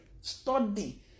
Study